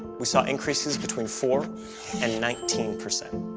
we saw increases between four and nineteen percent.